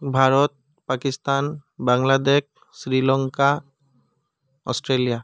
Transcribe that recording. Bharat Pakistan Bangladesh Sri Lanka Australia